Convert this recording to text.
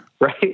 Right